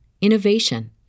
innovation